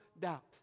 doubt